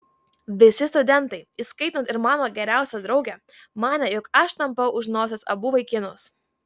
visi studentai įskaitant ir mano geriausią draugę manė jog aš tampau už nosies abu vaikinus